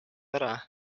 ära